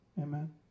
Amen